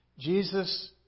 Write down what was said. Jesus